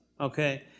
okay